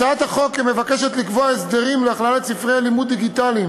הצעת החוק מבקשת לקבוע הסדרים להכללת ספרי לימוד דיגיטליים